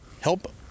Help